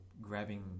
grabbing